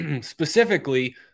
specifically